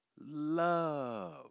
love